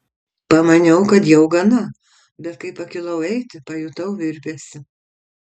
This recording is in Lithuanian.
pamaniau kad jau gana bet kai pakilau eiti pajutau virpesį